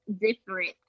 different